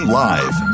live